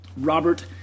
Robert